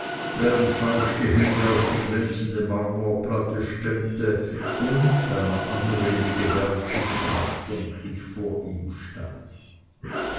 während fausch die hände auf die glänzende marmorplatte stemmte und einer anrede gewärtig nachdenklich vor ihm stand